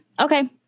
Okay